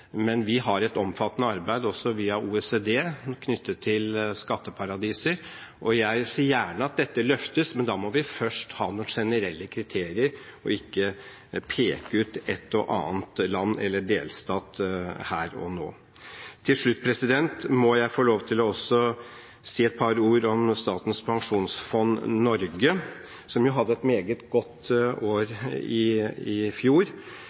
Vi har et omfattende arbeid også via OECD knyttet til skatteparadiser, og jeg ser gjerne at dette løftes, men da må vi først ha noen generelle kriterier og ikke peke ut et og annet land eller en delstat her og nå. Til slutt må jeg få lov til å si et par ord om Statens pensjonsfond Norge, som hadde et meget godt år i fjor,